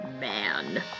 man